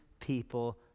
people